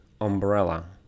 umbrella